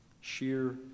Sheer